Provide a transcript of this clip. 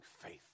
faith